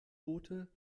boote